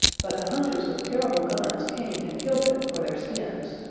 but the hunters with terrible guns came and killed them for their skins,